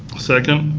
second.